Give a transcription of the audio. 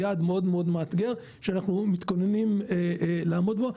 זה יעד מאוד מאוד מאתגר ואנחנו מתכוונים לעמוד בו.